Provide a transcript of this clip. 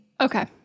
Okay